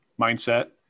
mindset